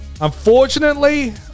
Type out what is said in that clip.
Unfortunately